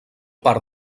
part